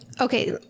Okay